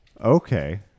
Okay